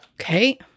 Okay